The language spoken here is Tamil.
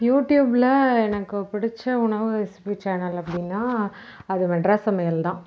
யூடியூப்ல எனக்கு பிடிச்ச உணவு ரெசிப்பி சேனல் அப்படின்னா அது மெட்ராஸ் சமையல் தான்